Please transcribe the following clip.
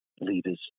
leaders